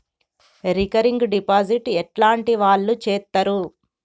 Recurring deposit ఎట్లాంటి వాళ్లు చేత్తరు?